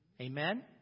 Amen